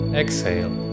exhale